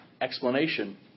explanation